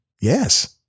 Yes